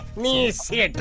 me see.